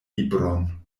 libron